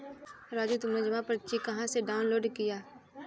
राजू तुमने जमा पर्ची कहां से डाउनलोड किया?